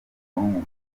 ubwonko